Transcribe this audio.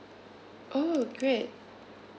oh great